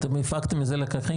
אתם הפקתם מזה לקחים,